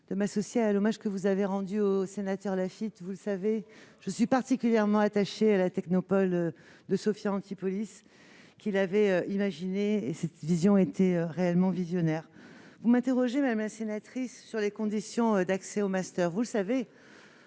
de m'associer à l'hommage que vous avez rendu au sénateur Laffitte. Vous le savez, je suis particulièrement attachée à la technopole de Sophia Antipolis qu'en véritable visionnaire il avait imaginée. Vous m'interrogez, madame la sénatrice, sur les conditions d'accès au master. Vous le savez,